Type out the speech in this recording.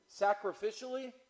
sacrificially